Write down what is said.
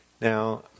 Now